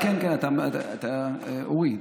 אורי,